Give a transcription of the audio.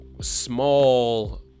small